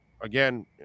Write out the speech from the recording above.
again